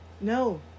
No